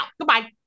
goodbye